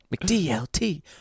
McDLT